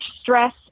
stress